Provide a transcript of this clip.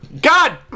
God